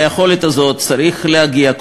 ליכולת הזאת צריך להגיע,